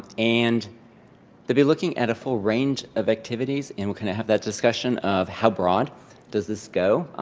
and they'll be looking at a full range of activities, and we'll kind of have that discussion of how broad does this go?